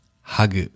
Hug